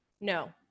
no